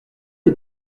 est